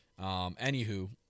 Anywho